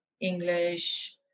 English